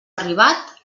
arribat